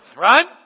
right